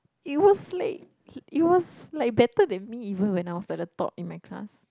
it was late it was like better than me even when I was at the top in my class